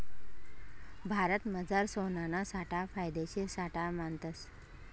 भारतमझार सोनाना साठा फायदेशीर साठा मानतस